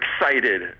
excited